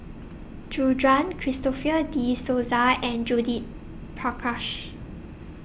Gu Juan Christopher De Souza and Judith Prakash